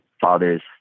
father's